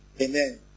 amen